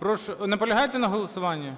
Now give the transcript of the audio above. ГОЛОВУЮЧИЙ. Наполягаєте на голосуванні?